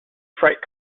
freight